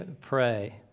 pray